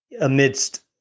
amidst